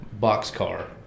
Boxcar